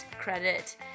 credit